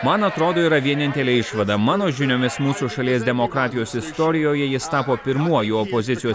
man atrodo yra vienintelė išvada mano žiniomis mūsų šalies demokratijos istorijoje jis tapo pirmuoju opozicijos